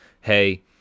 Hey